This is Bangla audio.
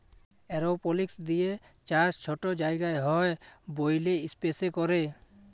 এরওপলিক্স দিঁয়ে চাষ ছট জায়গায় হ্যয় ব্যইলে ইস্পেসে ক্যরে